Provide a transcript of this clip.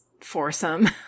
foursome